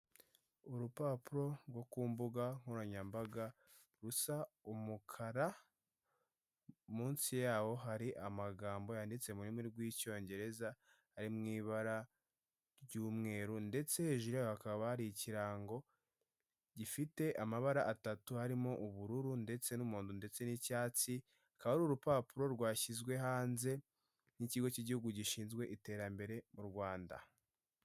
Urupapuro rwo ku mbuga nkoranyambaga rusa umukara, munsi yawo hari amagambo yanditse mu rurimi rw'icyongereza ari mu'ibara ry'umweru, ndetse hejuru hakaba hari ikirango gifite amabara atatu, harimo; ubururu, ndetse n'umuhondo, ndetse n'icyatsi, akaba ari urupapuro rwashyizwe hanze n'ikigo cy'igihugu gishinzwe iterambere mu Rwanda.